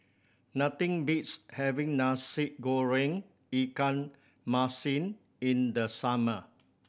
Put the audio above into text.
nothing beats having Nasi Goreng ikan masin in the summer